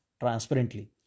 transparently